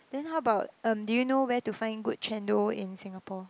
then how about um do you know where to find good Chendol in Singapore